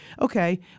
okay